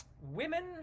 women